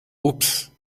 ups